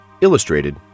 illustrated